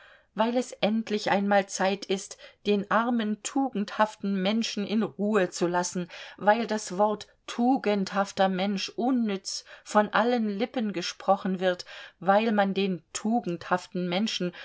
weil es endlich einmal zeit ist den armen tugendhaften menschen in ruhe zu lassen weil das wort tugendhafter mensch unnütz von allen lippen gesprochen wird weil man den tugendhaften menschen